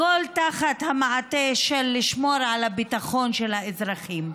הכול תחת המעטה של לשמור על הביטחון של האזרחים.